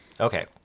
Okay